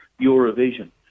Eurovision